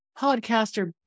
podcaster